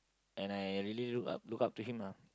and I really look up look up to him ah